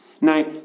Now